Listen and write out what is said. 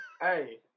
Hey